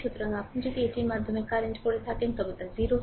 সুতরাং আপনি যদি এটির মাধ্যমে কারেন্ট করে থাকেন তবে 0 হয়